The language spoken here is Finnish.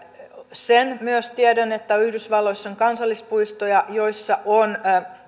sen myös tiedän että yhdysvalloissa on kansallispuistoja